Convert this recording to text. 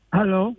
Hello